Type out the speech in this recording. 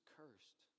cursed